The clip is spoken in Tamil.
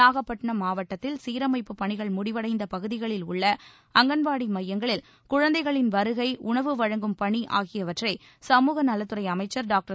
நாகப்பட்டிணம் மாவட்டத்தில் சீரமைப்புப் பணிகள் முடிவடைந்த பகுதிகளில் உள்ள அங்கன்வாடி மையங்களில் குழந்தைகளின் வருகை உணவு வழங்கும் பணி ஆகியவற்றை சமூகநலத் துறை அமைச்சர் டாக்டர்